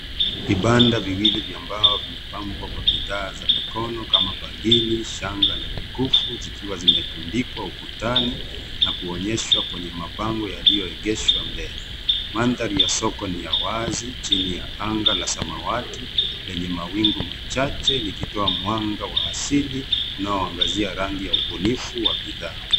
Vibanda viwili vya mbao vimepangwa kwa bidhaa za mikono kama bangili, shanga na mikufu zikiwa zimetundikwa ukutani na kuonyeshwa kwenye mabango yaliyoegeshwa mbele. Mandhari ya soko ni ya wazi chini ya anga la samawati lenye mawingu machache likitoa mwanga wa asili unaoangazia rangi wa ubunifu wa bidhaa.